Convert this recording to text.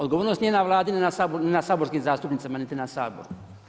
Odgovornost nije na Vladi ni na saborskim zastupnicima niti na Saboru.